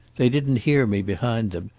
they didn't hear me behind them,